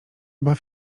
baw